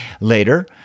Later